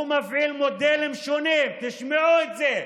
הוא מפעיל מודלים שונים תשמעו את זה,